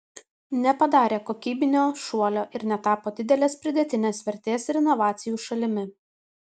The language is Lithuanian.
nepadarė kokybinio šuolio ir netapo didelės pridėtinės vertės ir inovacijų šalimi